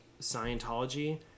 Scientology